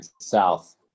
South